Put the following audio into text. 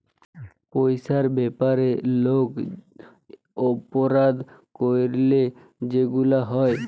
পইসার ব্যাপারে কল অপরাধ ক্যইরলে যেগুলা হ্যয়